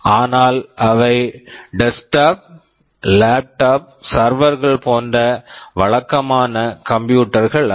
ஆனால் அவை desktop desktop laptop laptop சர்வர்கள் server போன்ற வழக்கமான கம்ப்யூட்டர்ஸ் computers கள் அல்ல